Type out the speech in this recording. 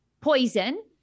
poison